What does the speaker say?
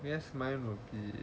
yes mine will be